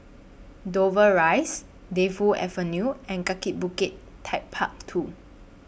Dover Rise Defu Avenue and Kaki Bukit Techpark two